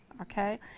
okay